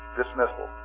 dismissal